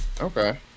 Okay